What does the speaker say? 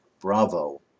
Bravo